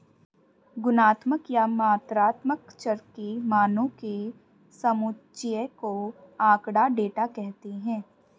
गुणात्मक या मात्रात्मक चर के मानों के समुच्चय को आँकड़ा, डेटा कहते हैं